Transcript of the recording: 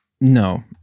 No